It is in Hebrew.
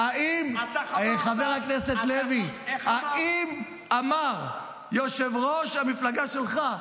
חבר הכנסת לוי, האם אמר יושב-ראש המפלגה שלך,